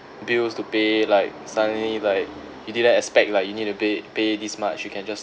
bills to pay like suddenly like you didn't expect like you need to pay pay this much you can just